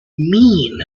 mean